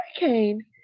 hurricane